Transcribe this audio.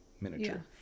miniature